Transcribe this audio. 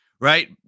right